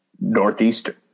Northeastern